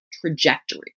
trajectory